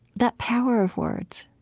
that power of words,